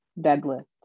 deadlift